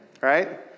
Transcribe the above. right